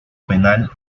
penal